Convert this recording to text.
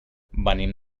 venim